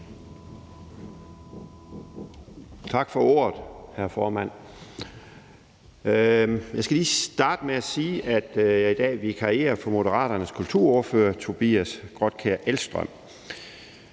Tak for ordet, hr. formand. Jeg skal lige starte med at sige, at jeg i dag vikarierer for Moderaternes kulturordfører, Tobias Grotkjær Elmstrøm.